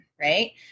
right